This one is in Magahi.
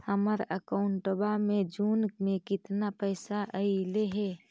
हमर अकाउँटवा मे जून में केतना पैसा अईले हे?